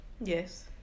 Yes